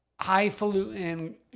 Highfalutin